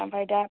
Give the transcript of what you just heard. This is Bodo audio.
आमफाय दा